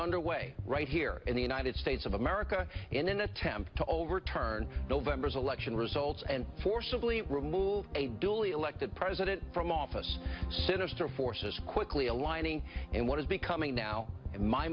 underway right here in the united states of america in an attempt to overturn november's election results and forcibly remove a duly elected president from office sinister forces quickly aligning and what is becoming now in my